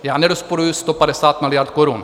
Já nerozporuji 150 miliard korun.